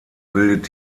bildet